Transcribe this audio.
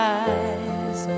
eyes